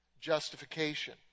justification